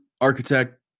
architect